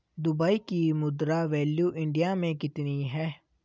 Dubai की मुद्रा value India मे कितनी है?